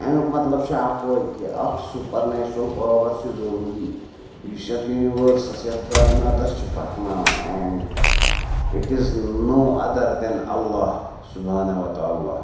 اَمیُک مطلب چھِ اَکُے کہِ اَکھ سوٗپَر نیچرَل پاوَر چھِ ضٔروٗری یُس یَتھ یوٗنیٖوٲرسَس یَتھ کایناتَس چھِ پَکناوان and it is no other than Allah سُبحانہ وَتعلیٰ